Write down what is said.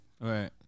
Right